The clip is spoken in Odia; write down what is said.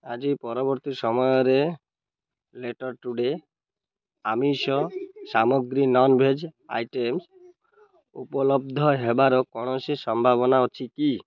ଆଜି ପରବର୍ତ୍ତୀ ସମୟରେ ଆମିଷ ସାମଗ୍ରୀ ଉପଲବ୍ଧ ହେବାର କୌଣସି ସମ୍ଭାବନା ଅଛି କି